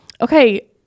okay